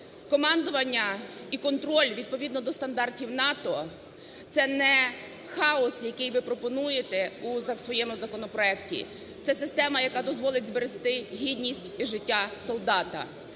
Командування і контроль відповідно до стандартів НАТО – це не є хаос, який ви пропонуєте у своєму законопроекті. Це система, яка дозволить зберегти гідність і життя солдата.